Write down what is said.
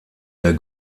der